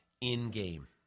in-game